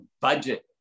budget